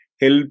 help